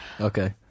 Okay